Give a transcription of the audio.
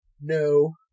No